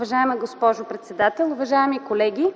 Уважаема госпожо председател, уважаеми колеги!